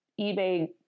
eBay